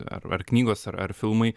ar ar knygos ar filmai